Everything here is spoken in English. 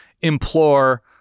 implore